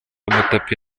amatapi